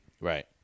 Right